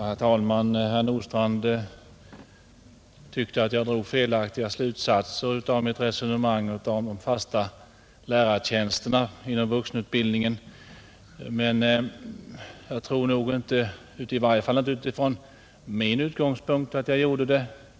Herr talman! Herr Nordstrandh tyckte att jag drog felaktiga slutsatser av mitt resonemang om de fasta lärartjänsterna inom vuxenutbildningen, men det tror jag inte att jag gjorde, i varje fall inte från min utgångspunkt.